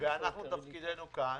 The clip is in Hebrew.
תפקידנו כאן,